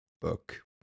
book